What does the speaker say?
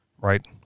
right